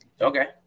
okay